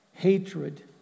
hatred